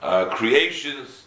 creations